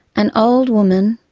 an old woman,